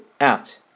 out